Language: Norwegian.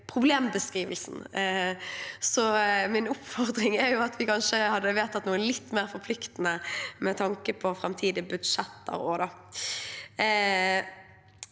problembeskrivelsen. Så min oppfordring er at vi kanskje hadde vedtatt noe litt mer forpliktende med tanke på framtidige budsjetter.